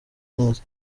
neza